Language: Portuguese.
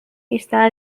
está